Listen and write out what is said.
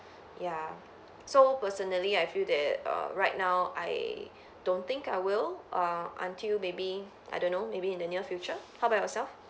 ya so personally I feel that uh right now I don't think I will err until maybe I don't know maybe in the near future how about yourself